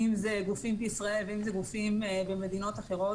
אם זה גופים בישראל ואם זה גופים במדינות אחרות,